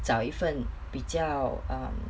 找一份比较 um